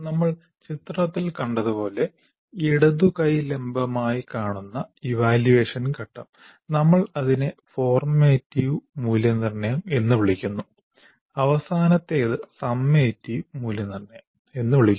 നമ്മൾ ചിത്രത്തിൽ കണ്ടതുപോലെ ഇടത് കൈ ലംബമായ കാണുന്ന ഇവാല്യുവേഷൻ ഘട്ടം നമ്മൾ അതിനെ ഫോർമാറ്റീവ് മൂല്യനിർണ്ണയം എന്ന് വിളിക്കുന്നു അവസാനത്തെത് സമ്മേറ്റിവ് മൂല്യനിർണ്ണയം എന്ന് വിളിക്കുന്നു